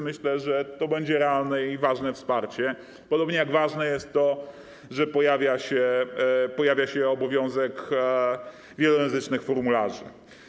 Myślę, że to będzie realne i ważne wsparcie, podobnie jak ważne jest to, że pojawia się obowiązek wielojęzycznych formularzy.